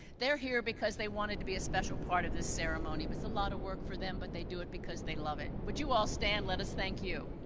they're here because they wanted to be a special part of this ceremony. it's a lot of work for them, but they do it because they love it. would you all stand, let us thank you.